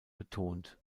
betont